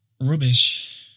Rubbish